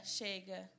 chega